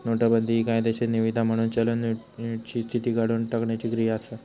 नोटाबंदी हि कायदेशीर निवीदा म्हणून चलन युनिटची स्थिती काढुन टाकण्याची क्रिया असा